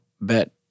Bet